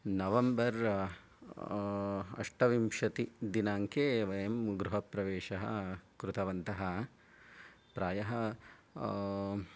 नवम्बर् अष्टविंशतिदिनाङ्के वयं गृहप्रवेशः कृतवन्तः प्रायः